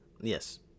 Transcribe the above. Yes